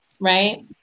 right